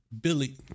Billy